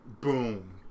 Boom